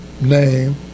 name